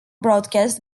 broadcast